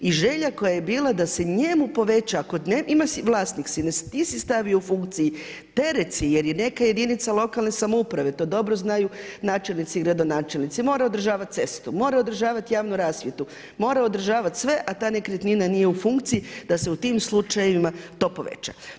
I želja koja je bila da se njemu poveća, ima, vlasnik si, ti si stavio u funkciji, teret si, jer je neke jedinica lokalne samouprave, to dobro znaju načelnici i gradonačelnici, moraju održavati cestu, moraju održavati javnu rasvjetu, moraju održavati sve a ta nekretnina nije u funkciji, da se u tim slučajevima, to poveća.